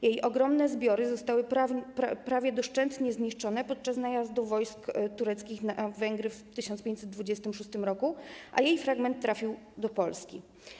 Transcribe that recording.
Jej ogromne zbiory zostały prawie doszczętnie zniszczone podczas najazdów wojsk tureckich na Węgry w 1526 r., a jej fragment trafił do Polski.